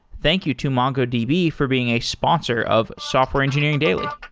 thank you to mongodb be for being a sponsor of software engineering daily